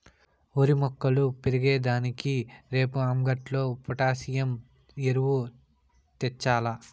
ఓరి మొక్కలు పెరిగే దానికి రేపు అంగట్లో పొటాసియం ఎరువు తెచ్చాల్ల